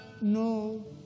no